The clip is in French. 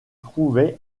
trouvait